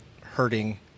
hurting